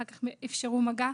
אחר-כך אפשרו מגע.